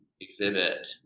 exhibit